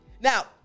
Now